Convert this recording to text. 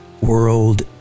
world